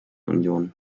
union